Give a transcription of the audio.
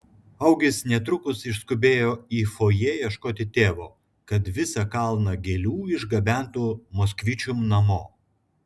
augis netrukus išskubėjo į fojė ieškoti tėvo kad visą kalną gėlių išgabentų moskvičium namo